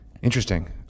Interesting